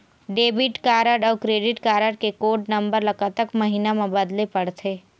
Debit card अऊ credit card के code number ला कतक महीना मा बदले पड़थे?